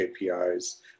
KPIs